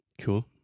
Cool